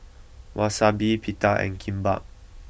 Wasabi Pita and Kimbap